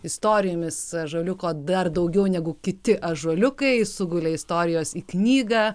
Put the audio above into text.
istorijomis ąžuoliuko dar daugiau negu kiti ąžuoliukai sugulė istorijos į knygą